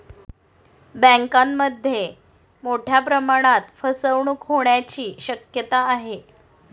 बँकांमध्ये मोठ्या प्रमाणात फसवणूक होण्याची शक्यता आहे